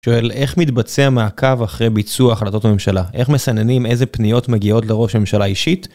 שואל, איך מתבצע מעקב אחרי ביצוע החלטות ממשלה? איך מסננים איזה פניות מגיעות לראש ממשלה אישית?